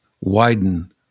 widen